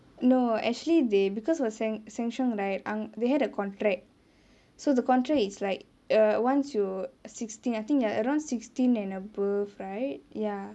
no actually they because it was Sheng Siong right they had a contract so the contract is like err once you're sixteen I think err around sixteen and above right ya orh